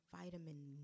vitamin